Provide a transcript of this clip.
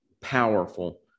powerful